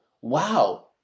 wow